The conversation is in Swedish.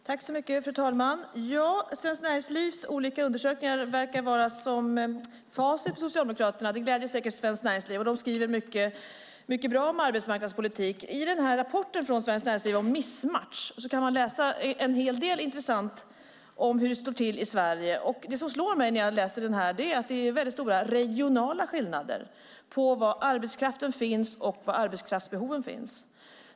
Fru talman! Svenskt Näringslivs olika undersökningar verkar vara facit för Socialdemokraterna. Det gläder säkert Svenskt Näringsliv. De skriver mycket bra om arbetsmarknadspolitik. I rapporten om missmatchning från Svenskt Näringsliv kan man läsa en hel del intressant om hur det står till i Sverige. Det som slår mig när jag läser rapporten är att det är väldigt stora regionala skillnader på var arbetskraften finns och var arbetskraftsbehoven finns.